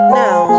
now